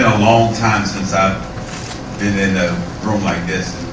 ah long time since i've been in a room like this.